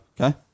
Okay